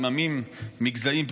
עם עמים מגזעים פגומים.